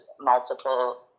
multiple